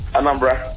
Anambra